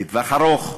לטווח ארוך,